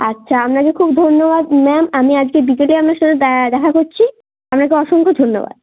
আচ্ছা আপনাকে খুব ধন্যবাদ ম্যাম আমি আজকে বিকেলে আপনার সাথে দেখা করছি আপনাকে অসংখ্য ধন্যবাদ